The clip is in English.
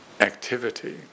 activity